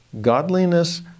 Godliness